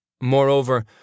Moreover